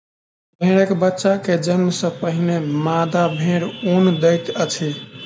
भेड़क बच्चा के जन्म सॅ पहिने मादा भेड़ ऊन दैत अछि